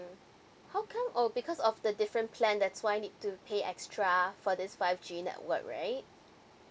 how come or because of the different plan that's why I need to pay extra for this five G network right